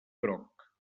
groc